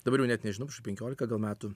dabar jau net nežinau kažkur penkiolika gal metų